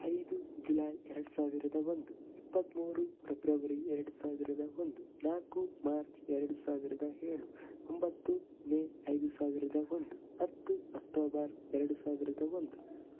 ಐದು ಜುಲೈ ಎರಡು ಸಾವಿರದ ಒಂದು ಇಪ್ಪತ್ತ್ಮೂರು ಫ್ರೆಬ್ರವರಿ ಎರಡು ಸಾವಿರದ ಒಂದು ನಾಲ್ಕು ಮಾರ್ಚ್ ಎರಡು ಸಾವಿರದ ಏಳು ಒಂಬತ್ತು ಮೇ ಐದು ಸಾವಿರದ ಒಂದು ಹತ್ತು ಅಕ್ಟೋಬರ್ ಎರಡು ಸಾವಿರದ ಒಂದು